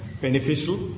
beneficial